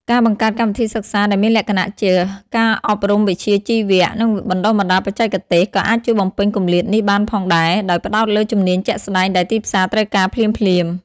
ការបង្កើតកម្មវិធីសិក្សាដែលមានលក្ខណៈជា ការអប់រំវិជ្ជាជីវៈ និងបណ្តុះបណ្តាលបច្ចេកទេស ក៏អាចជួយបំពេញគម្លាតនេះបានផងដែរ ដោយផ្តោតលើជំនាញជាក់ស្តែងដែលទីផ្សារត្រូវការភ្លាមៗ។